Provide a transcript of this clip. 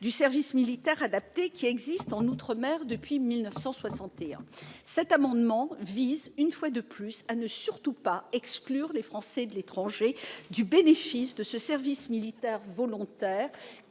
du service militaire adapté qui existe en outre-mer depuis 1961. Cet amendement est une nouvelle tentative pour permettre aux Français de l'étranger de bénéficier de ce service militaire volontaire,